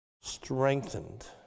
strengthened